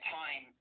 time